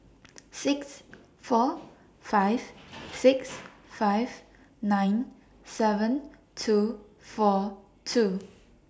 six four five six five nine seven two four two